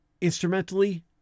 instrumentally